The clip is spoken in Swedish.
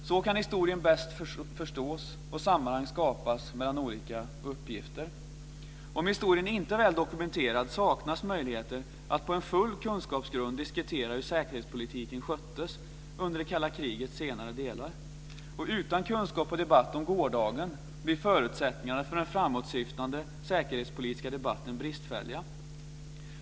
Så kan historien bäst förstås och sammanhang skapas mellan olika uppgifter. Om historien inte är väl dokumenterad saknas möjligheter att på en full kunskapsgrund diskutera hur säkerhetspolitiken sköttes under det kalla krigets senare delar. Utan kunskap och debatt om gårdagen blir förutsättningarna för den framåtsyftande säkerhetspolitiska debatten bristfälliga.